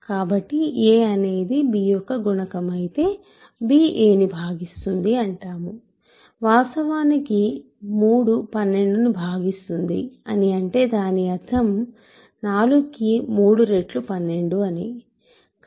కాబట్టి a అనేది b యొక్క గుణకం అయితే b a ని భాగిస్తుంది అంటాము వాస్తవానికి 3 12 ని భాగిస్తుంది అని అంటే దాని అర్థం 4కి 3రెట్లు 12 అని